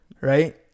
right